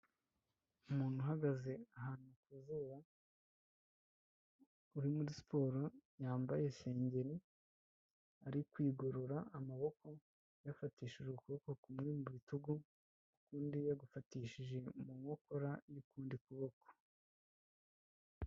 Umuntu uhagaze ahantu ku zuba, uri muri siporo, yambaye isengeri, ari kwigorora amaboko, yafatishije ukuboko kumwe mu bitugu, ukundi yagufatishije mu nkokora y'ukundi kuboko.